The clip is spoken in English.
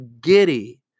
giddy